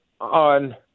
on